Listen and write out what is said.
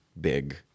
big